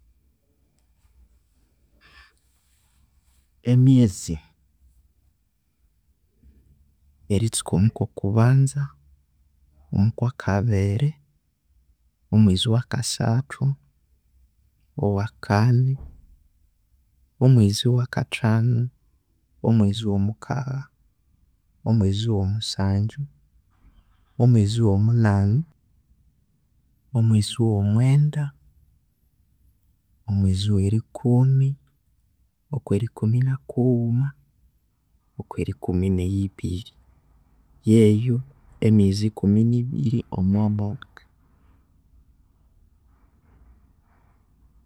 Emwezi eristuka omwa kokubanza, kwa kabiri, omwezi wakasthu, owa kani, omwezi wa kathanu, omwezi wo mukagha, omwezi womusangyu, mwezi wo munani, omwezi owmwenda, omwezi we erikumi, olwerikumi na kughuma, okweri kumi ne yibiri yeyo emwezi kumi ni biri mwa mwaka.